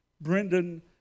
Brendan